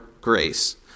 grace